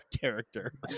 character